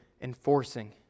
enforcing